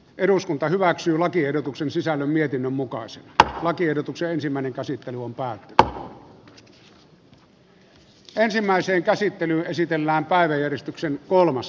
ensin äänestetään eeva maria maijalan ehdotuksesta martti mölsän ehdotusta vastaan ja sitten voittaneesta mietintöä vastaan